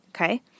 Okay